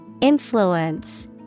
Influence